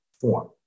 form